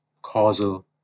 causal